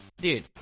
dude